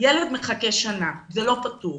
ילד מחכה שנה, זה לא פתור.